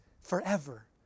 forever